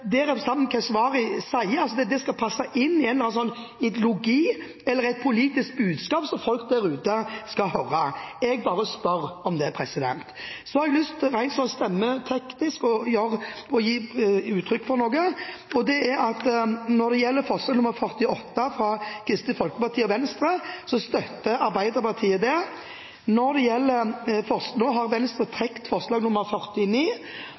det representanten Keshvari sier, skal passe inn i en eller annen ideologi eller et politisk budskap som folk der ute skal høre? Jeg bare spør om det. Så har jeg lyst til rent stemmeteknisk å gi uttrykk for noe. Når det gjelder forslag nr. 48, fra Kristelig Folkeparti og Venstre, støtter Arbeiderpartiet det. Venstre har nå trukket forslag nr. 49.